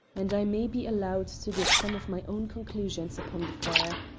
and i may be allowed to give some of my own conclusions upon the fair.